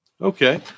Okay